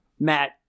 Matt